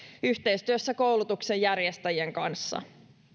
yhteistyössä koulutuksenjärjestäjien kanssa